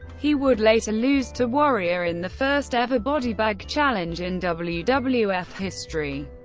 he would later lose to warrior in the first ever body bag challenge in wwf wwf history.